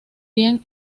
bien